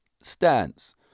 stance